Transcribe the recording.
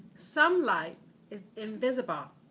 some light is invisible.